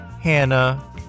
Hannah